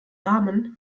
rahmen